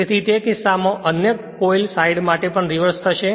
તેથી તે કિસ્સામાં અન્ય કોઇલ સાઈડ માટે પણ રીવર્સ થશે